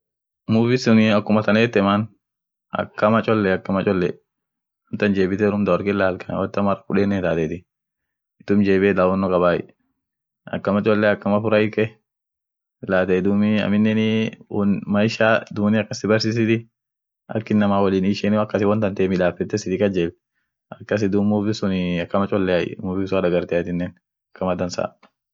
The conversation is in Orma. South Africa ada ishia gudio won muhimuni wora familia amine dumi won dibin wonishin dibi beedu yaani inamani woo wol heshimu amine nam wolbaa ak heshima faa olle bulu dinineni bere gudio datii amine dum wojiebiaf iyo amine dininen bere birii inama wotjiebisit dinin